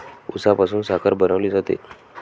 उसापासून साखर बनवली जाते